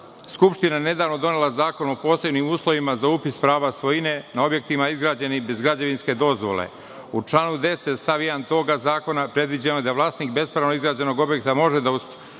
skupština je nedavno donela Zakon o posebnim uslovima za upis prava svojine na objektima izgrađenim bez građevinske dozvole. U članu 10. stav 1. tog zakona predviđeno je da vlasnik bespravnog izgrađenog objekta može da